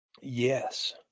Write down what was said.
Yes